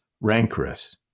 rancorous